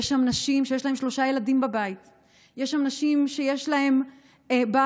יש שם נשים שיש להן שלושה ילדים בבית.